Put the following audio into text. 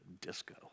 Disco